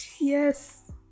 Yes